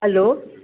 hello